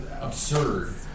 absurd